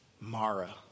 Mara